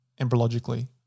embryologically